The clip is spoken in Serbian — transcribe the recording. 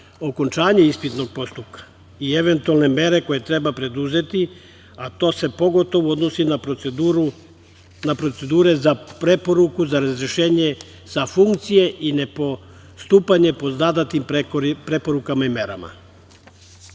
okončanje ispitnog postupka i eventualne mere koje treba preduzeti, a to se pogotovo odnosi na proceduru za preporuku za razrešenje sa funkcije i nepostupanje po zadatim preporukama i merama. Drugi